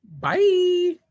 Bye